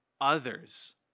others